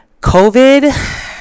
COVID